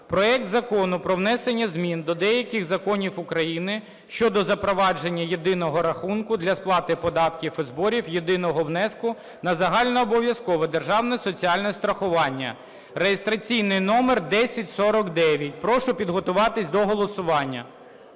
проект Закону про внесення змін до деяких законів України щодо запровадження єдиного рахунку для сплати податків і зборів, єдиного внеску на загальнообов'язкове державне соціальне страхування (реєстраційний номер 1049). Прошу підготуватись до голосування.